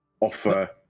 offer